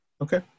Okay